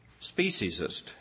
speciesist